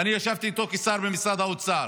ואני ישבתי איתו כשר במשרד האוצר: